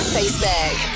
Facebook